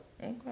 Okay